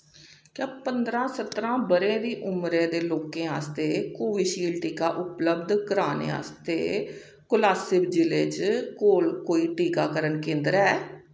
क्या पंदरा सत्रह ब'रे दी उमरी दे लोकें आस्तै कोविशील्ड टीका उपलब्ध कराने आस्तै कोलासिब जि'ले च कोल कोई टीकाकरण केंदर ऐ